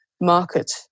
market